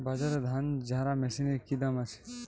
বাজারে ধান ঝারা মেশিনের কি দাম আছে?